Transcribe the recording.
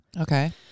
Okay